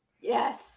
Yes